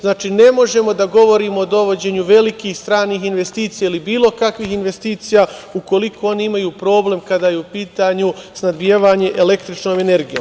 Znači, ne možemo da govorimo o dovođenju velikih stranih investicija ili bilo kakvih investicija ukoliko oni imaju problem kada je u pitanju snabdevanje električnom energijom.